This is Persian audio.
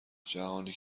جهانی